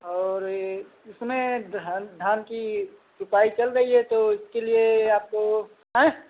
और इस समय धान धान की सिंचाई चाल रही है तो उसके लिए आपको आयँ